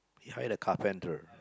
he hired a carpenter